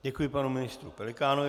Děkuji panu ministru Pelikánovi.